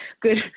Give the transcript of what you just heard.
good